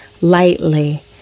lightly